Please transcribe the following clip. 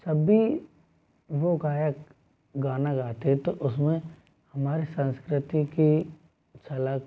जब भी वह गायक गाना गाते हैं तो उसमें हमारी संस्कृति की झलक